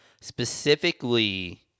specifically